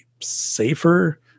safer